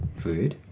food